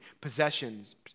possessions